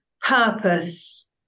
purpose